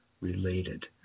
related